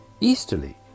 easterly